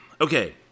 okay